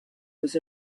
was